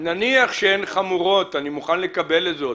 של עצם המפגש חמורות, אני מוכן לקבל זאת.